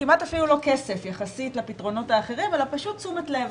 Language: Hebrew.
כמעט אפילו לא כסף יחסית לפתרונות האחרים אלא פשוט תשומת לב,